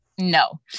No